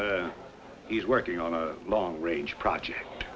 so he's working on a long range project